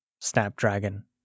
Snapdragon